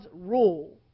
rule